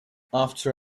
after